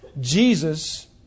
Jesus